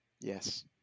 yes